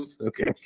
Okay